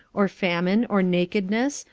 or famine, or nakedness,